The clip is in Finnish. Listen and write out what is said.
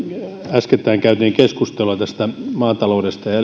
äskettäin käytiin keskustelua maataloudesta ja